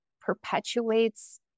perpetuates